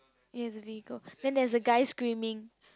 ya there is a vehicle then there is a guy screaming